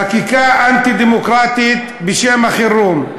חקיקה אנטי-דמוקרטית בשם החירום.